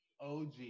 OG